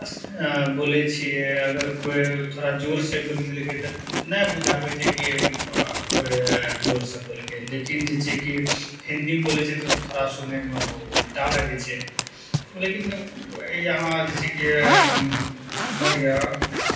बोलै छियै अगर कोइ थोड़ा जोरसँ बोलि देलकै तऽ नहि बुझाबै छै की कोइ जोरसँ बोलकै लेकिन जे छै की हिन्दीमे बोलै छै तऽ थोड़ा सुनैमे उल्टा लगै छै लेकिन यहाँ जे छै की हम हमर यऽ